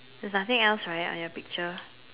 there's nothing else right on your picture